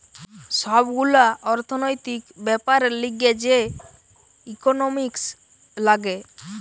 সব গুলা অর্থনৈতিক বেপারের লিগে যে ইকোনোমিক্স লাগে